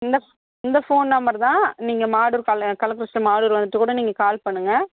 இந்த இந்த phone number தான் நீங்கள் மாதூர் கள்ள கள்ளக்குறிச்சி மாதூர் வந்துட்டு கூட நீங்கள் கால் பண்ணுங்க